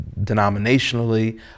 denominationally